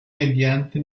mediante